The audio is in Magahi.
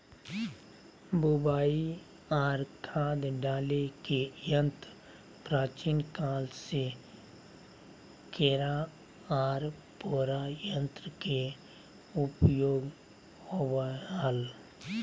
बुवाई आर खाद डाले के यंत्र प्राचीन काल से केरा आर पोरा यंत्र के उपयोग होवई हल